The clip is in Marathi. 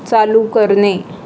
चालू करणे